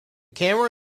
camera